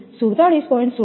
7 47